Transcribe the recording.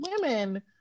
women